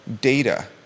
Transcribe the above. data